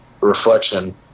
reflection